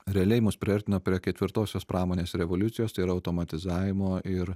realiai mus priartino prie ketvirtosios pramonės revoliucijos tai yra automatizavimo ir